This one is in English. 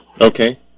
Okay